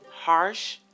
harsh